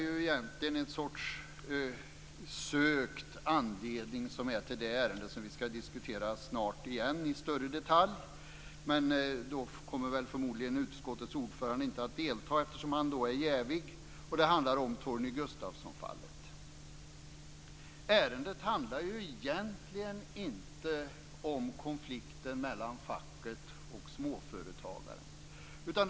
Anledningen till anmälan av det ärende vi snart skall diskutera i större detalj är också sökt. Utskottets ordförande kommer förmodligen inte att delta, eftersom han då är jävig. Det handlar om Torgny Gustafsson-fallet. Ärendet handlar egentligen inte om konflikten mellan facket och småföretagaren.